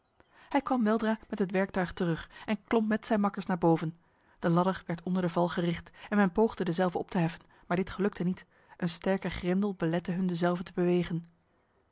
hij kwam weldra met het werktuig terug en klom met zijn makkers naar boven de ladder werd onder de val gericht en men poogde dezelve op te heffen maar dit gelukte niet een sterke grendel belette hun dezelve te bewegen